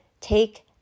take